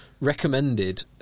recommended